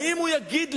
האם הוא יגיד לנו: